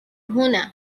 هنا